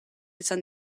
izan